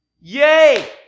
yay